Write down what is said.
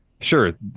sure